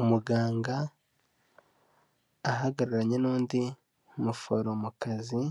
Umuganga ahagararanye n'undi muforomokazi,